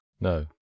No